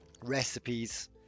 recipes